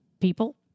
people